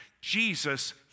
Jesus